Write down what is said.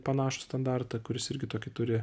panašų standartą kuris irgi tokį turi